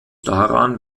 daran